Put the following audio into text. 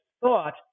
thought